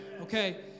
Okay